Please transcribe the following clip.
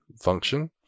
function